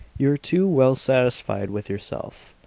you're too well satisfied with yourself.